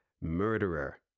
murderer